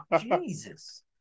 Jesus